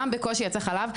גם בקושי יצא חלב,